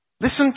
Listen